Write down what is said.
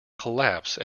collapse